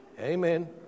Amen